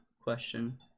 question